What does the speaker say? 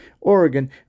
Oregon